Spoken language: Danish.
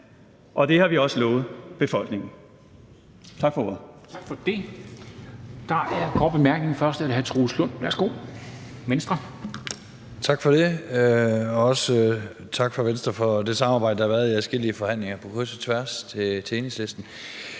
og det har vi også lovet befolkningen. Tak for ordet.